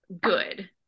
good